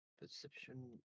Perception